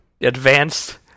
advanced